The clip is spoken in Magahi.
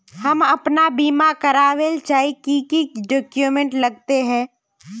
हम अपन बीमा करावेल चाहिए की की डक्यूमेंट्स लगते है?